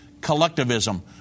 collectivism